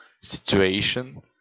situation